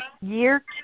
year